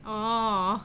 orh